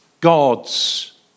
God's